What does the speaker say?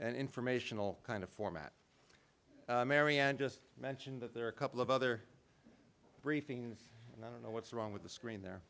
an informational kind of format mary and just mention that there are a couple of other briefings i don't know what's wrong with the screen the